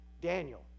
Daniel